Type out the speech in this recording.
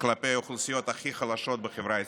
כלפי האוכלוסיות הכי חלשות בחברה הישראלית.